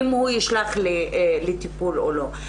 אם הוא ישלח לטיפול או לא,